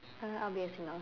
uh I'll be a singer